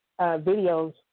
videos